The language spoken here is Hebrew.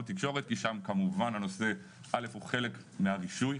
תקשורת כי שם הנושא הוא כמובן חלק מהרישוי,